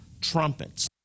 Trumpets